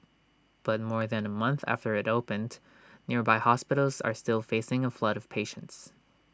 but more than A month after IT opened nearby hospitals are still facing A flood of patients